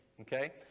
Okay